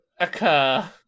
occur